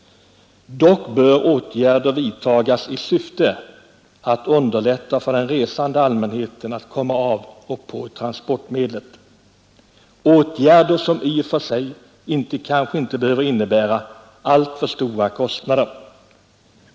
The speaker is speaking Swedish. Dock bör åtgärder vidtas i syfte att underlätta avoch påstigning för den resande allmänheten på ifrågavarande transportmedel. Åtgärderna behöver i och för sig kanske inte innebära alltför stora kostnader.